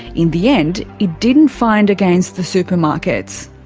in the end it didn't find against the supermarkets.